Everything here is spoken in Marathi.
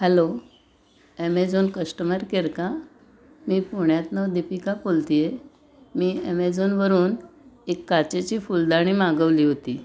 हॅलो ॲमेझॉन कस्टमर केअर का मी पुण्यातून दीपिका बोलते आहे मी ॲमेझॉनवरून एक काचेची फुलदाणी मागवली होती